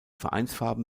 vereinsfarben